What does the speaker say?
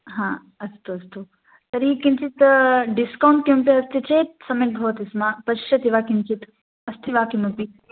हा अस्तु अस्तु तर्हि किञ्चित् डिस्कौन्ट् किमपि अस्ति चेत् सम्यग्भवति स्म पश्यति वा किञ्चित् अस्ति वा किमपि